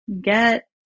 get